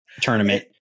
tournament